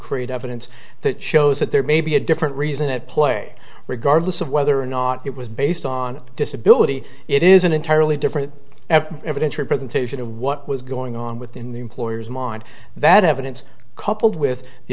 create evidence that shows that there may be a different reason at play regardless of whether or not it was based on disability it is an entirely different evidence or presentation of what was going on within the employer's mind that evidence coupled with the